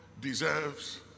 deserves